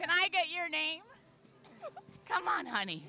can i get your name come on honey